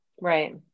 Right